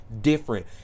different